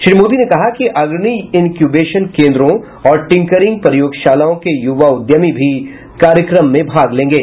श्री मोदी ने कहा कि अग्रणी इक्यूबेशन केन्द्रों और टिकरिंग प्रयोगशालाओं के युवा उद्यमी भी कार्यक्रम में भाग लेंगे